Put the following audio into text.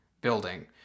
building